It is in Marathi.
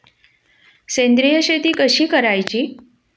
सेंद्रिय शेती कशी करायची?